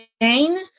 gain